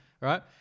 Right